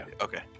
Okay